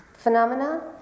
Phenomena